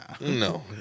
No